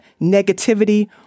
negativity